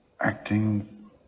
acting